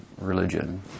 religion